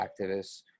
activists